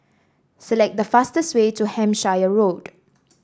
select the fastest way to Hampshire Road